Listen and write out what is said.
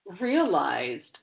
realized